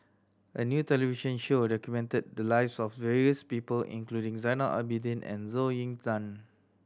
a new television show documented the lives of various people including Zainal Abidin and Zhou Ying Nan